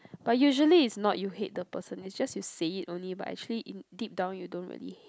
but usually is not you hate the person is just you say it only but actually deep down you don't really hate